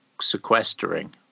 sequestering